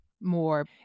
more